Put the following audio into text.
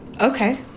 Okay